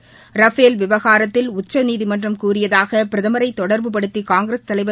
Rafale விவகாரத்தில் உச்சநீதிமன்றம் கூறியதாக பிரதமரை தொடர்புப்படுத்தி காங்கிரஸ் தலைவர்